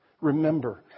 Remember